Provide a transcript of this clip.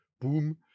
boom